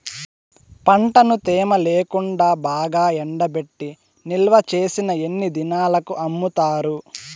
పంటను తేమ లేకుండా బాగా ఎండబెట్టి నిల్వచేసిన ఎన్ని దినాలకు అమ్ముతారు?